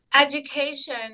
Education